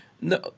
No